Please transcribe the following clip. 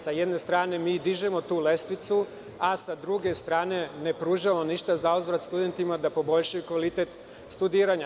Sa jedne strane, mi dižemo tu lestvicu, a sa druge strane ne pružamo ništa za uzvrat studentima da poboljšaju kvalitet studiranja.